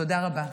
תודה רבה.